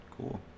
Cool